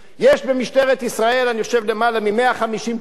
יש במשטרת ישראל אני חושב למעלה מ-150 תובעים,